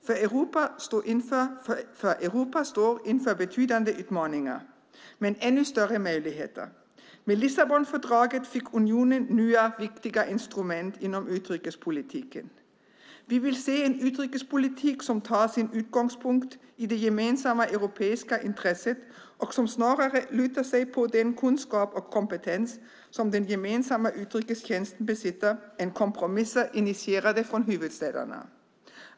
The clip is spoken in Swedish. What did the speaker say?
Europa står inför betydande utmaningar, men ännu större möjligheter. Med Lissabonfördraget fick unionen nya viktiga instrument inom utrikespolitiken. Vi vill se en utrikespolitik som tar sin utgångspunkt i det gemensamma europeiska intresset och som snarare lutar sig på den kunskap och kompetens som den gemensamma utrikestjänsten besitter än på kompromisser initierade av huvudstäderna.